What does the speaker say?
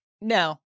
No